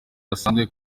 basanzwe